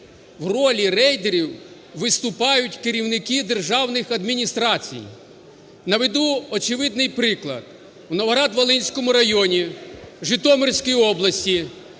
в ролі рейдерів виступають керівники державних адміністрацій? Наведу очевидний приклад. В Новоград-Волинському районі Житомирської області